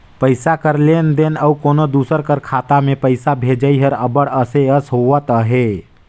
पइसा कर लेन देन अउ कोनो दूसर कर खाता में पइसा भेजई हर अब्बड़ असे अस होवत अहे